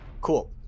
Cool